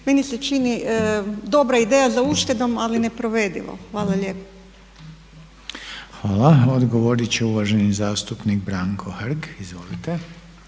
Meni se čini dobra ideja za uštedom, ali neprovedivo. Hvala lijepo. **Reiner, Željko (HDZ)** Hvala. Odgovorit će uvaženi zastupnik Branko Hrg. Izvolite.